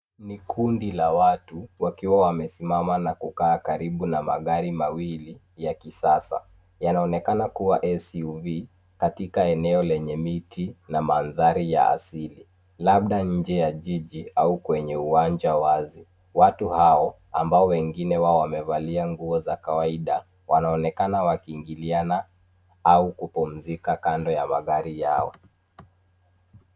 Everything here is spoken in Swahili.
Ni kundi la watu wakiwa wamesimama na kukaa karibu na magari mawili ya kisasa, yanaonekana kuwa[ s u v] katika eneo lenye miti na mandhari ya asili labda nje ya jiji au kwenye uwanja wazi, watu hao ambao wengine wao wamevalia nguo za kawaida wanaonekana wakiingiliana au kupumzika kando ya magari yao.